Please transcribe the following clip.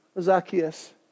Zacchaeus